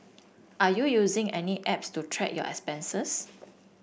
are you using any apps to track your expenses